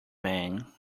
man